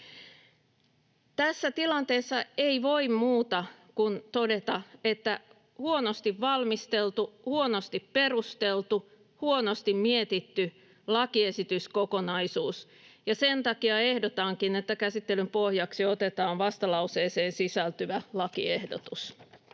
Tässä tilanteessa ei voi muuta kuin todeta, että huonosti valmisteltu, huonosti perusteltu, huonosti mietitty lakiesityskokonaisuus, ja sen takia ehdotankin, että käsittelyn pohjaksi otetaan vastalauseeseen sisältyvä lakiehdotus.